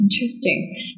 Interesting